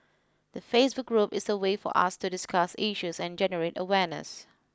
the Facebook group is a way for us to discuss issues and generate awareness